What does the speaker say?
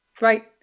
Right